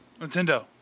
Nintendo